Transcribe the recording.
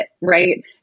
right